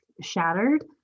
shattered